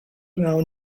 wnawn